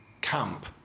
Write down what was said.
camp